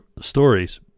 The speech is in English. stories